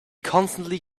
constantly